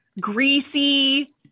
greasy